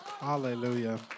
Hallelujah